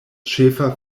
ĉefa